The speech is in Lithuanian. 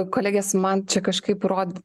kolegės man čia kažkaip rod